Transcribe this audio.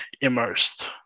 immersed